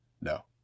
No